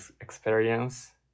experience